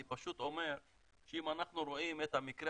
אני פשוט אומר שאם אנחנו רואים את המקרה